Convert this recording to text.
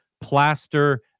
plaster